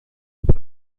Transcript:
per